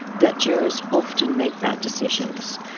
that jurors often make bad decisions.